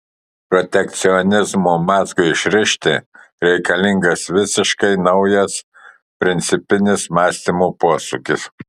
protekcionizmo mazgui išrišti reikalingas visiškai naujas principinis mąstymo posūkis